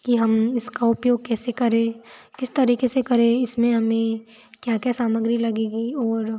कि हम इसका उपयोग कैसे करें किस तरीक़े से करें इसमें हमें क्या क्या सामग्री लगेगी और